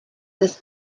this